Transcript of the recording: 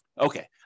Okay